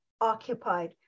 occupied